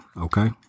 Okay